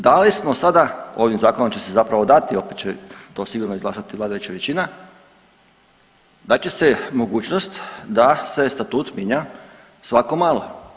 Da li smo sada, ovim zakonom će se zapravo dati, opet će to sigurno izglasati vladajuća većina, daće se mogućno da se statut mijenja svako malo.